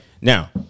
Now